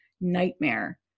nightmare